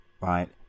right